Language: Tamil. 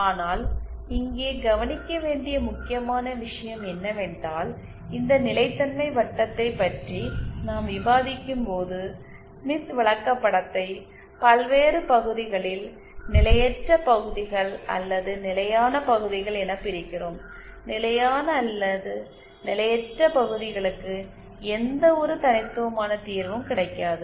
ஆனால் இங்கே கவனிக்க வேண்டிய முக்கியமான விஷயம் என்னவென்றால் இந்த நிலைத்தன்மை வட்டத்தைப் பற்றி நாம் விவாதிக்கும்போது ஸ்மித் விளக்கப்படத்தை பல்வேறு பகுதிகளில் நிலையற்றபகுதிகள் அல்லது நிலையான பகுதிகள் என பிரிக்கிறோம் நிலையான அல்லது நிலையற்ற பகுதிகளுக்கு எந்தவொரு தனித்துவமான தீர்வும் கிடைக்காது